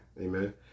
Amen